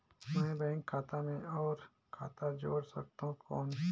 मैं बैंक खाता मे और खाता जोड़ सकथव कौन?